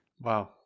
Wow